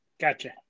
gotcha